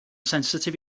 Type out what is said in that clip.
sensitif